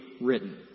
written